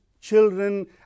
children